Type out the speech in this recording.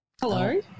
hello